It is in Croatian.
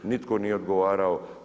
Nitko nije odgovarao.